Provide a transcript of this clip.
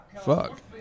Fuck